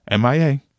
MIA